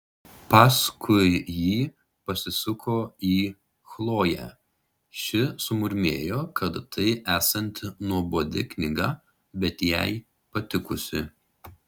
paskui ji pasisuko į chloję ši sumurmėjo kad tai esanti nuobodi knyga bet jai patikusi